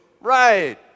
right